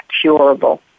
curable